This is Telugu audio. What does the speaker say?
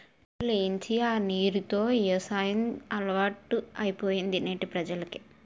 బోర్లు ఏయించి ఆ నీరు తో యవసాయం అలవాటైపోయింది నేటి ప్రజలకి